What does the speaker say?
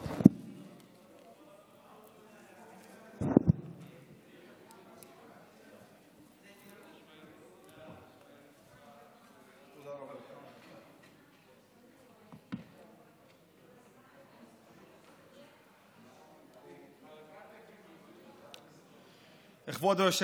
כבוד היושב-ראש,